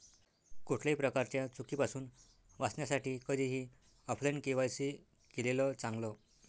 कुठल्याही प्रकारच्या चुकीपासुन वाचण्यासाठी कधीही ऑफलाइन के.वाय.सी केलेलं चांगल